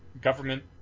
government